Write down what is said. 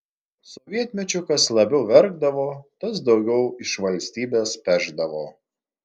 sovietmečiu kas labiau verkdavo tas daugiau iš valstybės pešdavo